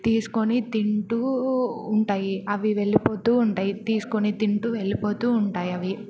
తీసుకుని తింటూ ఉంటాయి అవి వెళ్ళిపోతూ ఉంటాయి తీసుకుని తింటూ వెళ్ళిపోతూ ఉంటాయి అవి